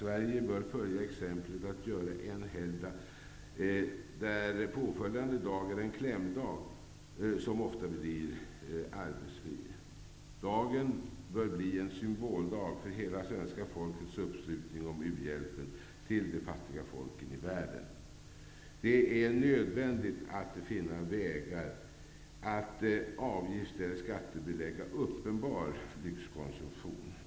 Sverige bör följa exemplet att ta bort en helgdag när påföljande dag är en klämdag, som ofta blir arbetsfri. Dagen bör bli en symboldag för hela svenska folkets uppslutning kring uhjälpen till de fattiga folken i världen. Det är nödvändigt att finna vägar att avgifts eller skattebelägga uppenbar lyxkonsumtion.